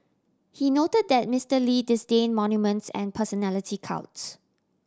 he noted that Mister Lee disdain monuments and personality cults